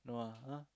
no ah !huh!